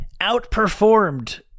outperformed